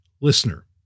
listener